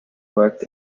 worked